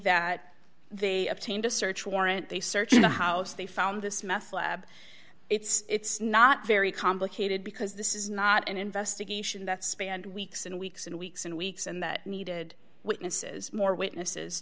that they obtained a search warrant they searched the house they found this meth lab it's not very complicated because this is not an investigation that spanned weeks and weeks and weeks and weeks and that needed witnesses more witnesses